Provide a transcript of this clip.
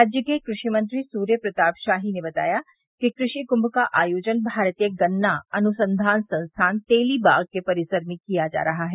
राज्य के कृषि मंत्री सूर्य प्रताप शाही ने बताया कि कृषि कृष का आयोजन भारतीय गन्ना अनुसंघान संस्थान तेलीबाग के परिसर में किया जा रहा है